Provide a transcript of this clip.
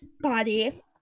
body